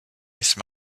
nice